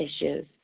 issues